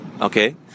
Okay